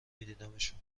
میدیدمشون